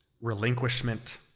relinquishment